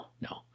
no